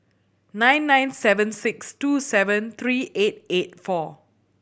nine nine seven six two seven three eight eight four